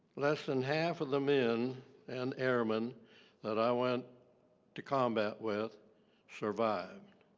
less than half of the men and airmen that i went to combat with survived